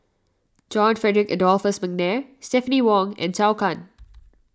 John Frederick Adolphus McNair Stephanie Wong and Zhou Can